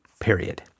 period